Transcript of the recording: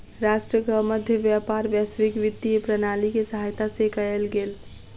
राष्ट्रक मध्य व्यापार वैश्विक वित्तीय प्रणाली के सहायता से कयल गेल